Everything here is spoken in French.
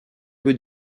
peu